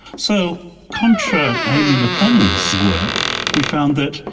so contra amy mclennan's work we found that,